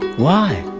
why?